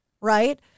right